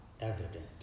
evident